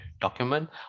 document